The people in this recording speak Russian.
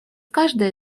каждой